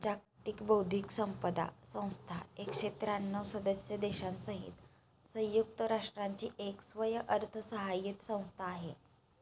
जागतिक बौद्धिक संपदा संस्था एकशे त्र्यांणव सदस्य देशांसहित संयुक्त राष्ट्रांची एक स्वयंअर्थसहाय्यित संस्था आहे